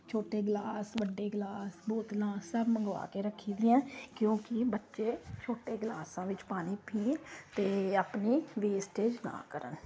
ਛੋਟੇ ਗਲਾਸ ਵੱਡੇ ਗਲਾਸ ਬੋਤਲਾਂ ਸਭ ਮੰਗਵਾ ਕੇ ਰੱਖੀਦੀਆਂ ਕਿਉਂਕਿ ਬੱਚੇ ਛੋਟੇ ਗਲਾਸਾਂ ਵਿੱਚ ਪਾਣੀ ਪੀਣ ਅਤੇ ਆਪਣੀ ਵੇਸਟੇਜ਼ ਨਾ ਕਰਨ